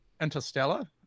Interstellar